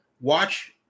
Watch